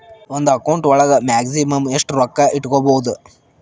ಒಂದು ಅಕೌಂಟ್ ಒಳಗ ಮ್ಯಾಕ್ಸಿಮಮ್ ಎಷ್ಟು ರೊಕ್ಕ ಇಟ್ಕೋಬಹುದು?